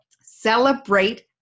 Celebrate